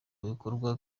bikorwa